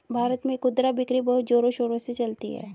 भारत में खुदरा बिक्री बहुत जोरों शोरों से चलती है